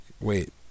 Wait